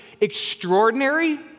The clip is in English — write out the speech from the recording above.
extraordinary